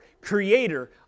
creator